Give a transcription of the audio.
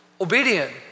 obedient